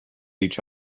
each